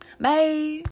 Bye